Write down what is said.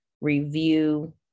review